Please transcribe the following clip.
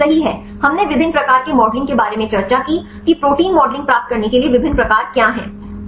हां सही है हमने विभिन्न प्रकार के मॉडलिंग के बारे में चर्चा की कि प्रोटीन मॉडलिंग प्राप्त करने के लिए विभिन्न प्रकार क्या हैं